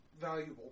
valuable